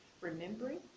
remembering